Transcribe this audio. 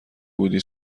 بودی